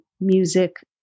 music